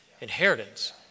inheritance